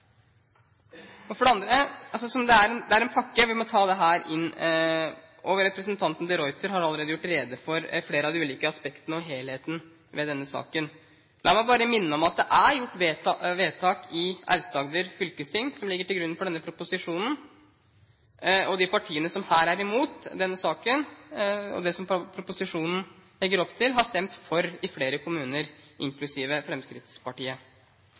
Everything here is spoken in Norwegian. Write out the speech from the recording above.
Representanten de Ruiter har allerede gjort rede for flere av de ulike aspektene og for helheten i denne saken. La meg minne om at det er gjort vedtak i Aust-Agder fylkesting som ligger til grunn for denne proposisjonen, og de partiene som her er imot denne saken og det som proposisjonen legger opp til, har stemt for i flere kommuner – inklusiv Fremskrittspartiet.